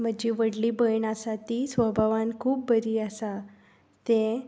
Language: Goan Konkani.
म्हजी व्हडली भयण आसा ती स्वभावान खूब बरी आसा तें